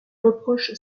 reproche